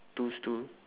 two stool